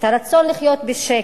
את הרצון לחיות בשקט,